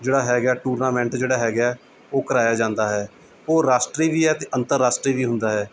ਜਿਹੜਾ ਹੈਗਾ ਟੂਰਨਾਮੈਂਟ ਜਿਹੜਾ ਹੈਗਾ ਉਹ ਕਰਵਾਇਆ ਜਾਂਦਾ ਹੈ ਉਹ ਰਾਸ਼ਟਰੀ ਵੀ ਹੈ ਅਤੇ ਅੰਤਰਰਾਸ਼ਟਰੀ ਵੀ ਹੁੰਦਾ ਹੈ